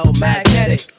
magnetic